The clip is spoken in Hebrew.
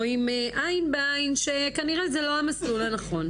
רואים עין בעין שכנראה זה לא המסלול הנכון,